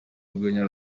urwenya